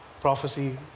prophecy